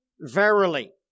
verily